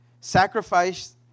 Sacrifice